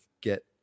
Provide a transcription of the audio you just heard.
get